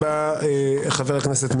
מקיאבלי, שקר לאמת.